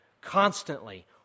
constantly